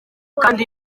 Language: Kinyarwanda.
kandi